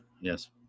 yes